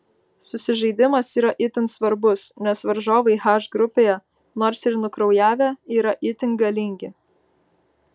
susižaidimas yra itin svarbus nes varžovai h grupėje nors ir nukraujavę yra itin galingi